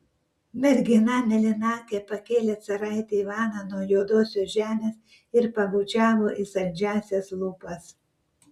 mergina mėlynakė pakėlė caraitį ivaną nuo juodosios žemės ir pabučiavo į saldžiąsias lūpas